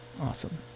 Awesome